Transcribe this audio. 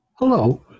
Hello